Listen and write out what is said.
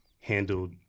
handled